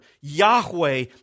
Yahweh